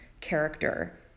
character